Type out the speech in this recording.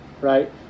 right